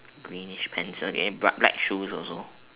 greenish pants okay but black shoes also